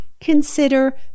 consider